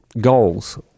goals